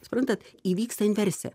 suprantat įvyksta inversija